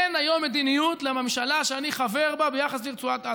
אין היום מדיניות לממשלה שאני חבר בה ביחס לרצועת עזה.